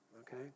okay